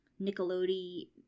Nickelodeon